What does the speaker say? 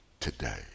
today